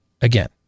again